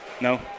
No